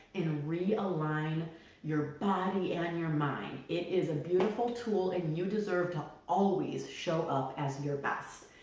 and realign your body and your mind. it is a beautiful tool and you deserve to always show up as and your best.